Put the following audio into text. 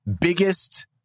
biggest